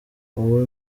uwo